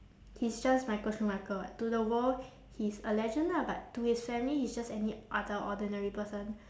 he's just michael schumacher [what] to the world he's a legend lah but to his family he's just any other ordinary person